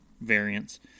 variants